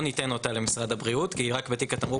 ניתן אותה למשרד הבריאות כי רק בתיק התמרוק